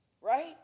Right